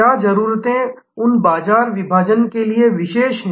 क्या जरूरतें उन बाजार विभाजन के लिए विशेष हैं